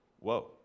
whoa